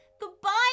Goodbye